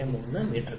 73 m3